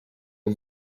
are